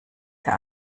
der